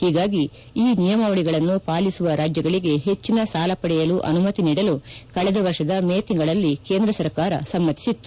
ಒೀಗಾಗಿ ಈ ನಿಯಮಾವಳಗಳನ್ನು ಪಾಲಿಸುವ ರಾಜ್ಯಗಳಿಗೆ ಹೆಚ್ಚಿನ ಸಾಲ ಪಡೆಯಲು ಅನುಮತಿ ನೀಡಲು ಕಳೆದ ವರ್ಷದ ಮೇ ತಿಂಗಳಲ್ಲಿ ಕೇಂದ್ರ ಸರ್ಕಾರ ಸಮ್ನತಿಸಿತ್ತು